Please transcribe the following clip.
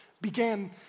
began